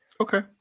Okay